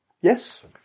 yes